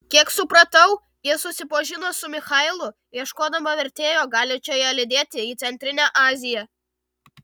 kiek supratau ji susipažino su michailu ieškodama vertėjo galinčio ją lydėti į centrinę aziją